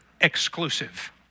exclusive